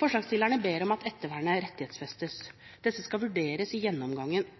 Forslagsstillerne ber om at ettervernet rettighetsfestes. Dette skal vurderes i gjennomgangen